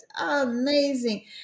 Amazing